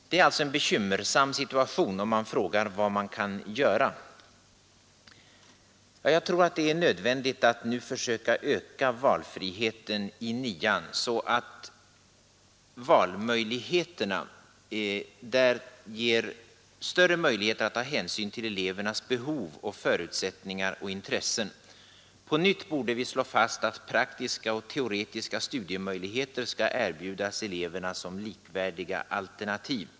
Det är en bekymmersam situation, och man undrar vad man kan göra. Jag tror det är nödvändigt att nu försöka öka valfriheten i nian så att valmöjligheterna där ger större utrymme för att ta hänsyn till elevernas behov, förutsättningar och intressen. På nytt borde vi slå fast att praktiska och teoretiska studiemöjligheter skall erbjudas eleverna som likvärdiga alternativ.